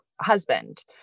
husband